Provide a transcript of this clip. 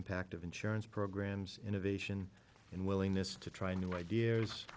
impact of insurance programs innovation and willingness to try new ideas